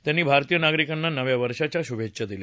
त्यांनी भारतीय नागरिकांना नव्या वर्षाच्या शुभेच्छा दिल्या